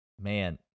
Man